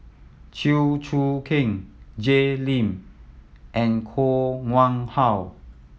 Chew Choo Keng Jay Lim and Koh Nguang How